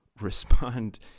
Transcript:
respond